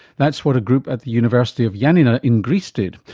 that's what a group at the university of ioannina in greece did,